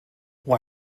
why